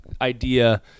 idea